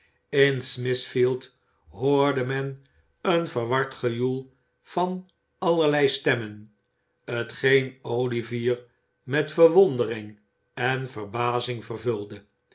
in smithfield hoorde men een verward gejoel van allerlei stemmen t geen o ivier met verwondering en verbazing vervulde